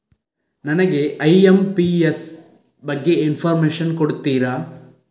ನನಗೆ ಐ.ಎಂ.ಪಿ.ಎಸ್ ಬಗ್ಗೆ ಇನ್ಫೋರ್ಮೇಷನ್ ಕೊಡುತ್ತೀರಾ?